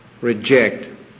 reject